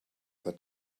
that